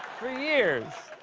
for years.